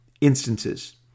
instances